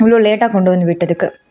இவ்வளோ லேட்டாக கொண்டு வந்து விட்டதுக்கு